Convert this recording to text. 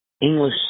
English